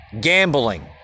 gambling